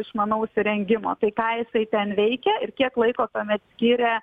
išmanaus įrengimo tai ką jisai ten veikia ir kiek laiko tuomet skiria